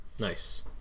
Nice